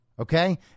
okay